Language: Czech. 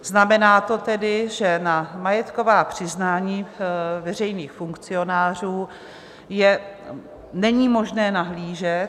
Znamená to tedy, že na majetková přiznání veřejných funkcionářů není možné nahlížet.